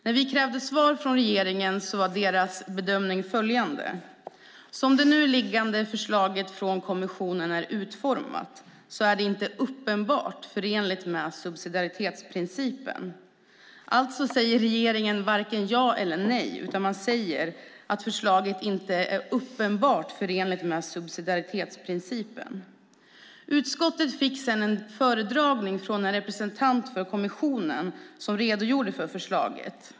När vi krävde svar från regeringen var deras bedömning följande: Som det nu liggande förslaget från kommissionen är utformat är det inte uppenbart förenligt med subsidiaritetsprincipen. Alltså säger regeringen varken ja eller nej, utan man säger att förslaget inte är uppenbart förenligt med subsidiaritetsprincipen. Utskottet fick sedan en föredragning från en representant för kommissionen som redogjorde för förslaget.